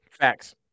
Facts